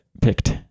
picked